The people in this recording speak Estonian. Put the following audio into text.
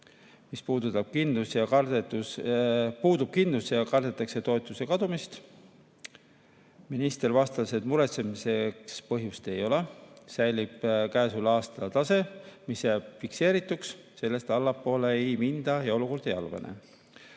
Puudub kindlus ja kardetakse toetuse kadumist. Minister vastas, et muretsemiseks põhjust ei ole, säilib käesoleva aasta tase, mis jääb fikseerituks, sellest allapoole ei minda ja olukord ei halvene.